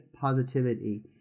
positivity